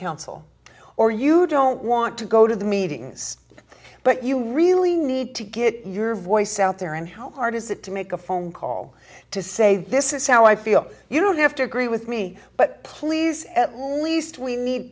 council or you don't want to go to the meetings but you really need to get your voice out there and how hard is it to make a phone call to say this is how i feel you don't have to agree with me but please at least we need